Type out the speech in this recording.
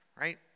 right